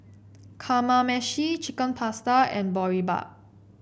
Kamameshi Chicken Pasta and Boribap